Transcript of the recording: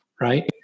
right